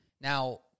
Now